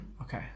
okay